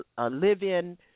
live-in